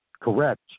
correct